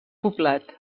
poblat